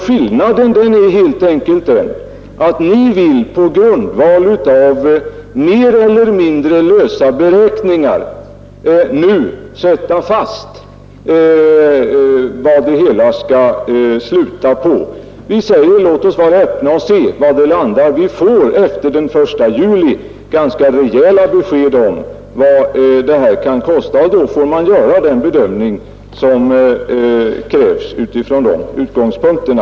Skillnaden är helt enkelt den, att ni vill på grundval av mer eller mindre lösa beräkningar nu lägga fast vad det hela skall sluta på. Vi säger: Låt oss vara öppna och se var det landar. Vi får efter den 1 juli ganska rejäla besked om vad det här kan kosta, och då får man göra den bedömning som krävs utifrån de utgångspunkterna.